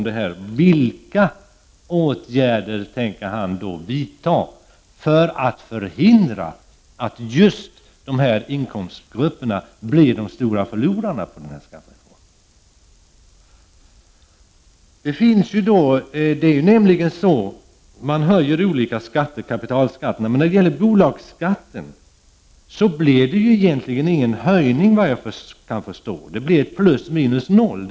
Det får inte konstrueras på det sättet. Man höjer olika kapitalskatter, men när det gäller bolagsskatten blir det egentligen ingen höjning enligt vad jag kan förstå. Det blir plus minus noll.